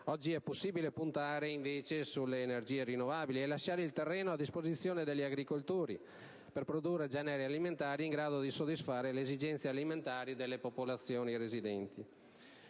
Oggi è possibile puntare invece sulle energie rinnovabili e lasciare il terreno a disposizione degli agricoltori per produrre generi alimentari in grado di soddisfare le esigenze alimentari delle popolazioni residenti.